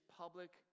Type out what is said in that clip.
public